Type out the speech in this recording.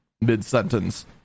mid-sentence